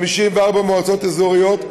54 מועצות אזוריות,